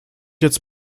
jetzt